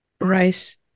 rice